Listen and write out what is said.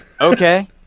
Okay